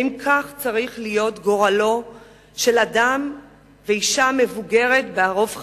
האם זה צריך להיות גורלו של אדם ושל אשה מבוגרת בערוב חייהם?